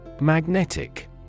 Magnetic